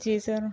जी sir